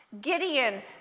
Gideon